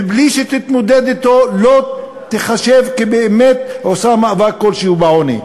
ובלי שתתמודד אתו לא תיחשב כעושה מאבק כלשהו בעוני: